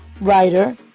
writer